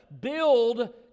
build